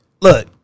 look